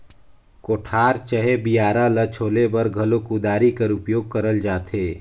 कोठार चहे बियारा ल छोले बर घलो कुदारी कर उपियोग करल जाथे